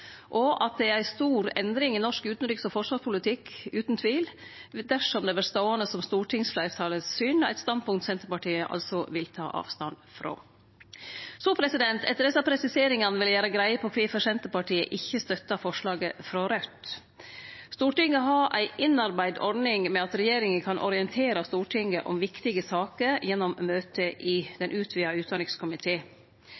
og at det utan tvil er ei stor endring i norsk utanriks- og forsvarspolitikk dersom det vert ståande som stortingsfleirtalets syn, eit standpunkt Senterpartiet altså vil ta avstand frå. Etter desse presiseringane vil eg gjere greie for kvifor Senterpartiet ikkje støttar forslaget frå Raudt. Stortinget har ei innarbeidd ordning med at regjeringa kan orientere Stortinget om viktige saker gjennom møte i